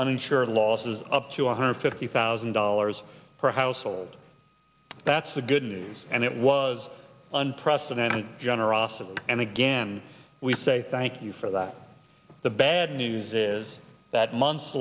uninsured losses up to one hundred fifty thousand dollars per household that's the good news and it was unprecedented generosity and again we say thank you for that the bad news is that months